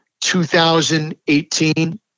2018